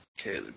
Okay